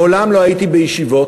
מעולם לא הייתי בישיבות